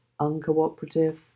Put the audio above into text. uncooperative